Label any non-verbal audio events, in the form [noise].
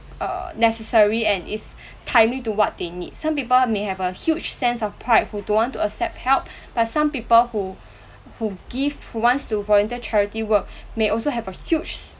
err necessary and it's [breath] timely to what they need some people may have a huge sense of pride who don't want to accept help [breath] but some people who who give who wants to volunteer charity work [breath] may also have a huge s~